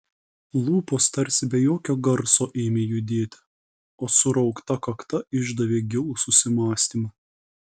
lūpos tarsi be jokio garso ėmė judėti o suraukta kakta išdavė gilų susimąstymą